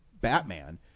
Batman